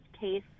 case